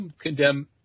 condemn